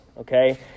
Okay